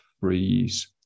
freeze